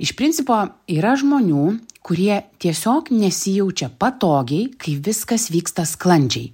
iš principo yra žmonių kurie tiesiog nesijaučia patogiai kai viskas vyksta sklandžiai